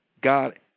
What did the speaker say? God